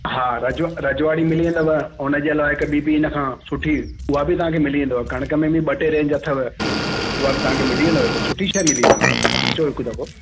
हा रज रजवाड़ी मिली वेंदव हुनजे अलावा हिकु ॿीं बि हिन खां सुठी उहा बि तव्हांखे मिली वेंदव कणिक में बि ॿ टे रेंज अथव उहा बि तव्हांखे मिली वेंदव सुठी शइ मिली वेंदव बाक़ी तव्हां अचो हिकु दफ़ो